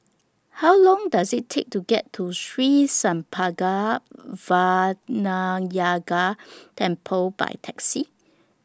How Long Does IT Take to get to Sri Senpaga Vinayagar Temple By Taxi